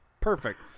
Perfect